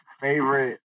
favorite